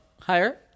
higher